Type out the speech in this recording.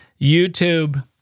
YouTube